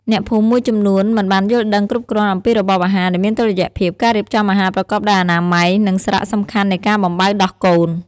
អ្នកភូមិមួយចំនួនមិនបានយល់ដឹងគ្រប់គ្រាន់អំពីរបបអាហារដែលមានតុល្យភាព ការរៀបចំអាហារប្រកបដោយអនាម័យ និងសារៈសំខាន់នៃការបំបៅដោះកូន។